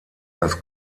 das